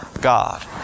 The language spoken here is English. God